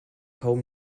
home